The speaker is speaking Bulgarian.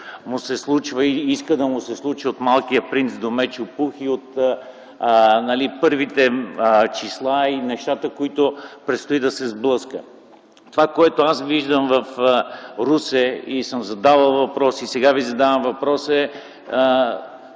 му се случва и иска да му се случи от „Малкият принц” до „Мечо Пух”, и от първите числа и нещата, с които предстои да се сблъска. Това, което аз виждам в Русе и съм задавал въпроси и сега Ви задавам въпрос